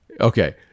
Okay